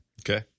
Okay